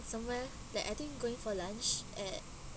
somewhere that I think going for lunch at